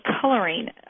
coloring